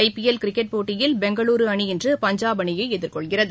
ஐ P L cricket போட்டியில் பெங்களூரு அணி இன்று பஞ்சாப் அணியை எதிர்கொள்கிறது